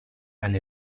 and